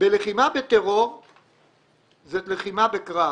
לחימה בטרור זו לחימה בקרב,